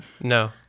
no